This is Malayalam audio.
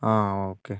ആഹ് ഓക്കേ